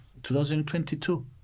2022